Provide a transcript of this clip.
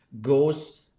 goes